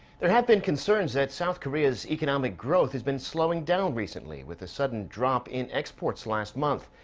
there have been concerns that south korea's economic growth has been slowing down recently. with a sudden drop in exports last month.